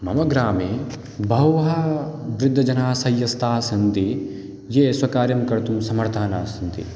मम ग्रामे बहवः वृद्धजनाः शय्यस्ताः सन्ति ये स्वकार्यं कर्तुं समर्थाः न सन्ति